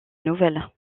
nouvelles